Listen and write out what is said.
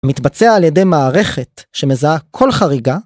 מתבצע על ידי מערכת שמזהה כל חריגה